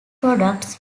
products